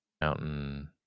Mountain